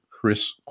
Chris